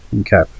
Okay